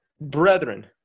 Brethren